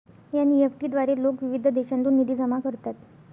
NEFT द्वारे लोक विविध देशांतून निधी जमा करतात